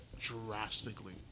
drastically